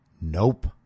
nope